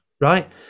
right